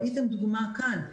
ראיתם דוגמה כאן,